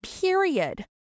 Period